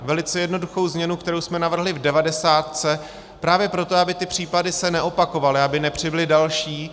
Velice jednoduchou změnu, kterou jsme navrhli v devadesátce, právě proto, aby se ty případy neopakovaly a aby nepřibyly další.